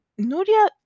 Nuria